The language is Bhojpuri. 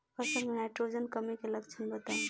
फसल में नाइट्रोजन कमी के लक्षण बताइ?